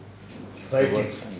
your works and